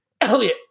Elliot